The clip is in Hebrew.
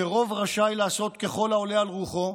שרוב רשאי לעשות ככל העולה על רוחו,